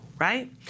right